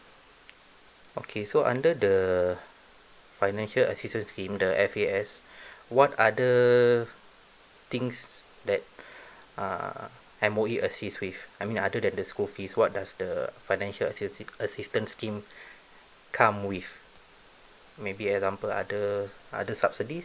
okay so under the financial assistance him scheme the F_A_S what other things that uh M_O_E assist with I mean the other than the school fees what does the financial assist~ assistance scheme come with maybe example other other